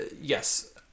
Yes